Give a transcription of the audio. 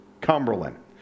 Cumberland